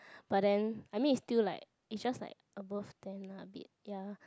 but then I mean it's still like it's just like above ten lah a bit ya